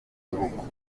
ibihugu